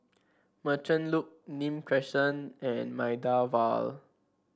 Merchant Loop Nim Crescent and Maida Vale